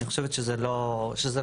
אני חושבת שזה לא סתם.